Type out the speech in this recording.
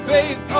Faith